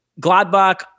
Gladbach